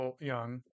young